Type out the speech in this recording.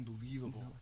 unbelievable